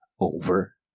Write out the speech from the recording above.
over